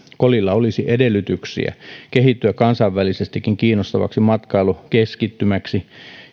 kolilla olisi edellytyksiä kehittyä kansainvälisestikin kiinnostavaksi matkailukeskittymäksi